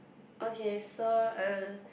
okay so uh